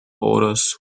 orders